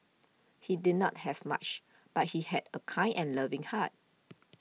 he did not have much but he had a kind and loving heart